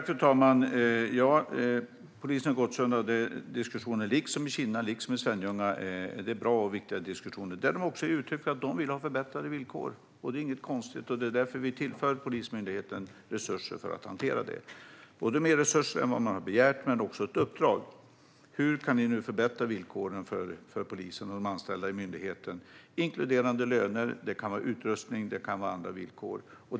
Fru talman! Vad gäller polisen i Gottsunda, liksom i Kinna och i Svenljunga, förs det bra och viktiga diskussioner, där de uttrycker att de vill ha förbättrade villkor. Det är inget konstigt med det. Det är därför vi tillför Polismyndigheten resurser för att hantera detta - mer resurser än vad man har begärt. Men vi ger dem också ett uppdrag: att förbättra villkoren för polisen och de anställda i myndigheten. Detta inkluderar löner. Det kan gälla utrustning och andra villkor.